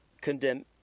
condemn